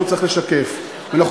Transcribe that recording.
לימודים, לימודים.